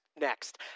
next